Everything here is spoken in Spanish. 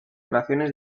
oraciones